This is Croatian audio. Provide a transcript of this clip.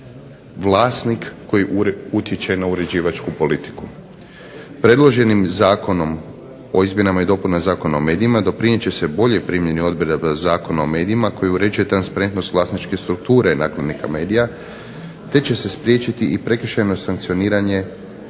vlasnik koji utječe na uređivačku politiku. Predloženim zakonom o izmjenama i dopunama Zakona o medijima doprinijet će se boljoj primjeni odredaba Zakona o medijima koji uređuje transparentnost vlasničke strukture nakladnika medija, te će se spriječiti i prekršajno sankcionirati